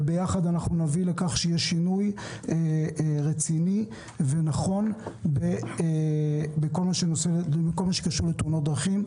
ויחד נביא לכך שיהיה שינוי רציני ונכון בכל מה שקשור לתאונות דרכים.